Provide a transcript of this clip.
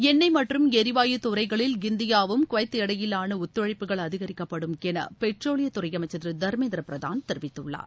எண்ணெய் மற்றும் எரிவாயுத் துறைகளில் இந்தியா குவைத் இடையிலானஒத்துழைப்புகள் அதிகரிக்கப்படும் எனபெட்ரோலியத்துறைஅமைச்சர் திருதர்மேந்திரபிரதான் தெரிவித்துள்ளார்